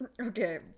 Okay